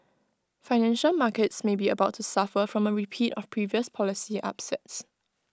financial markets may be about to suffer from A repeat of previous policy upsets